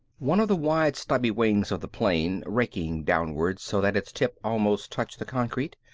one of the wide stubby wings of the plane, raking downward so that its tip almost touched the concrete,